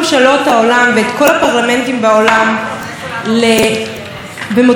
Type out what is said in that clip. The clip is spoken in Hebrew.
במוטיבציה הרבה יותר גדולה להיאבק בשינויי אקלים.